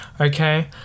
Okay